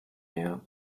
mehr